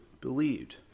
believed